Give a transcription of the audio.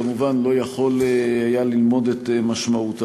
הוא כמובן לא יכול היה ללמוד את משמעותה,